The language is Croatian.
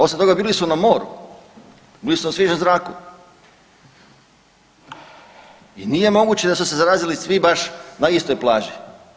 Osim toga, bili su na moru, bili su na svježem zraku i nije moguće da su se zarazili svi baš na istoj plaži.